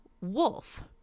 wolf